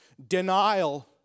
Denial